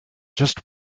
just